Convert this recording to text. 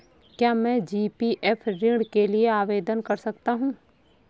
क्या मैं जी.पी.एफ ऋण के लिए आवेदन कर सकता हूँ?